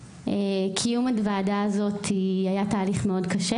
קיום הוועדה הזאת היה תהליך מאוד קשה,